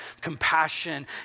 compassion